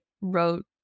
wrote